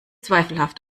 zweifelhaft